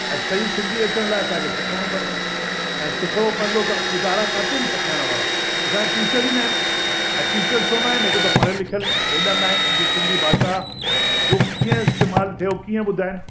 ऐं सही सिंधी अचण लाइ असांखे सिखणो पवंदो ऐं सिखणो पवंदो त कितारा काथे आहिनि सेखारण वारा असांखे टीचर ई न आहिनि ऐं टीचर छो न आहिनि हिक त पढ़ियल लिखियल हेॾा न आहिनि जो सिंधी भाषा जो कीअं इस्तेमालु थियो कीअं ॿुधाइनि